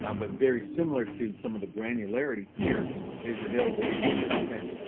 um but very similar to some of the granularity here is available in windows ten.